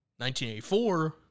1984